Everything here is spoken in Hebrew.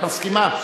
את מסכימה?